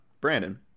brandon